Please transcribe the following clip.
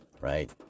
right